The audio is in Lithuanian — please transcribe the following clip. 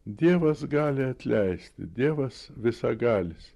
dievas gali atleisti dievas visagalis